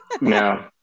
No